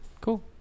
cool